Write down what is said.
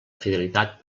fidelitat